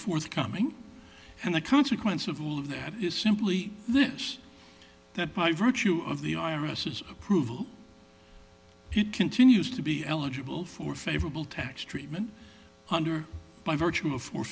forthcoming and the consequence of all of that is simply wish that by virtue of the irises approval he continues to be eligible for favorable tax treatment under by virtue of four